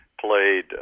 played